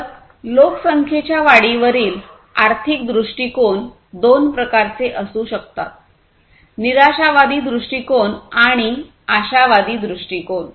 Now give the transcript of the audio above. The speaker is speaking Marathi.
तर लोकसंख्येच्या वाढीवरील आर्थिक दृष्टिकोन दोन प्रकारचे असू शकते निराशावादी दृष्टिकोन आणि आशावादी दृष्टिकोन